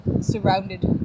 surrounded